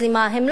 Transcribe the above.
הם לא אמרו,